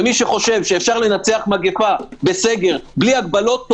ואם מישהו חושב שאפשר לנצח מגפה בסגר בלי הגבלות,